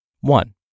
One